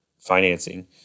financing